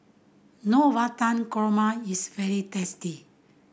Navratan Korma is very tasty